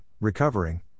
recovering